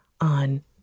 on